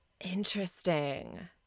Interesting